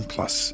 Plus